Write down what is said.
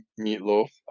meatloaf